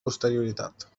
posterioritat